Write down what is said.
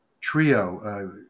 trio